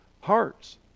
hearts